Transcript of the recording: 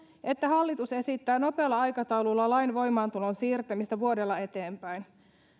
että hallitus esittää nopealla aikataululla lain voimaantulon siirtämistä vuodella eteenpäin